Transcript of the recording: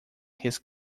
his